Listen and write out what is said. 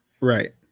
Right